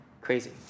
crazy